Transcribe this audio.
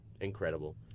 Incredible